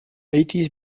eighties